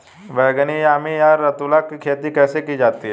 बैगनी यामी या रतालू की खेती कैसे की जाती है?